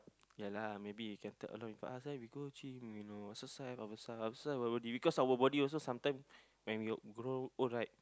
ya lah maybe you can tag along with us ah we go gym you know exercise all the stuff exercise our body you know because our body also sometime when we grow old right